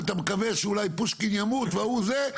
אתה מקווה שאולי פושקין ימות וההוא זה,